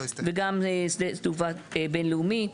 וגם שדה תעופה בינלאומי,